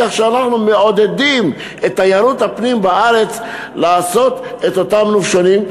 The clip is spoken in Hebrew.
בכך אנחנו מעודדים את תיירות הפנים בארץ לעשות את אותם נופשונים,